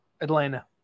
Atlanta